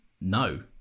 no